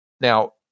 Now